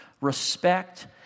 respect